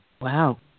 Wow